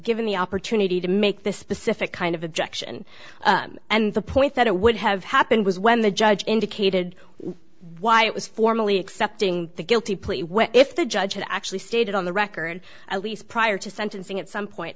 given the opportunity to make this specific kind of objection and the point that it would have happened was when the judge indicated why it was formally accepting the guilty plea when if the judge had actually stated on the record at least prior to sentencing at some point